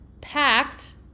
packed